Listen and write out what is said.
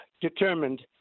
determined